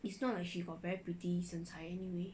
it's not like she got very pretty 身材 anyway